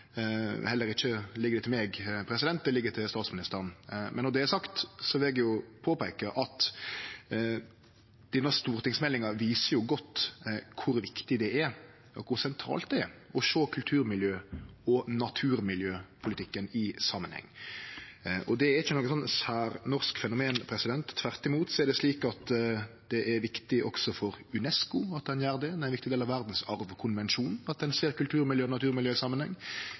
Heller ikkje ligg det til meg, det ligg til statsministeren. Men når det er sagt, vil eg påpeike at denne stortingsmeldinga viser godt kor viktig og sentralt det er å sjå kulturmiljø- og naturmiljøpolitikken i samanheng. Det er ikkje noko særnorsk fenomen. Tvert imot er det slik at det er viktig også for UNESCO at ein gjer det. Det er ein viktig del av verdsarvkonvensjonen at ein ser kulturmiljø og